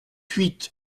huit